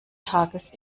tages